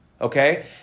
okay